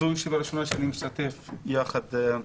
זו ישיבה ראשונה שאני משתתף יחד איתך.